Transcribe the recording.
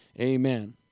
amen